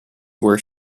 were